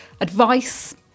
advice